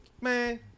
Man